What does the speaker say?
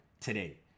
today